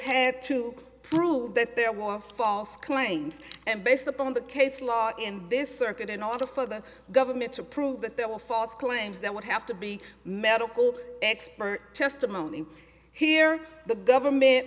had to prove that there was false claims and based upon the case law in this circuit in order for the government to prove that there were false claims that would have to be medical expert testimony here the government